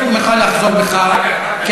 אני מבקש ממך לחזור בך, אחר כך, אחר כך.